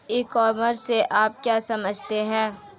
ई commerce से आप क्या समझते हैं?